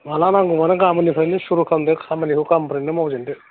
माब्ला नांगौ माने गाबोननिफ्रायनो सुरु खालामदो खामानिखौ गाबोननिफ्रायनो मावजेनदो